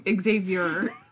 Xavier